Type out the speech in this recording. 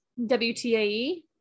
WTAE